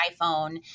iPhone